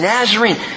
Nazarene